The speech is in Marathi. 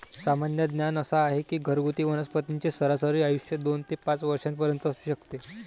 सामान्य ज्ञान असा आहे की घरगुती वनस्पतींचे सरासरी आयुष्य दोन ते पाच वर्षांपर्यंत असू शकते